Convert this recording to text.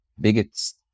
biggest